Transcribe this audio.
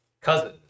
cousin